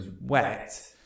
wet